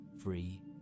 free